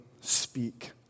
speak